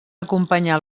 acompanyar